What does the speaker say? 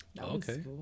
Okay